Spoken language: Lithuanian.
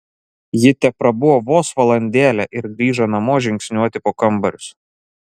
ji teprabuvo vos valandėlę ir grįžo namo žingsniuoti po kambarius